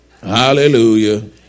Hallelujah